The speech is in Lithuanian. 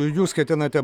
jūs ketinate